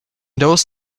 those